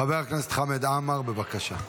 חבר הכנסת חמד עמאר, בבקשה.